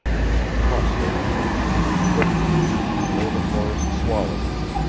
and she must overtake him quickly before the forests swallowed him,